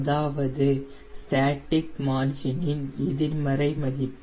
அதாவது ஸ்டேட்டிக் மார்ஜினின் எதிர்மறை மதிப்பு